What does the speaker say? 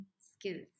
skills